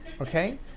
okay